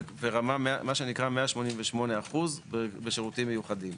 ורמה, מה שנקרא, 188 אחוז בשירותים מיוחדים.